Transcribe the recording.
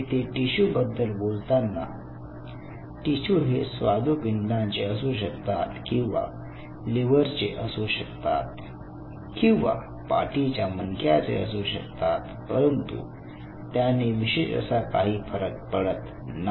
येथे टिशू बद्दल बोलताना टिशू हे स्वादुपिंडाचे असू शकतात किंवा लिव्हरचे असू शकतात किंवा पाठीच्या मणक्याचे असू शकतात परंतु त्याने विशेष असा काही फरक पडत नाही